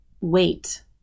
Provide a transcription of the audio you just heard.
wait